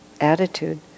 attitude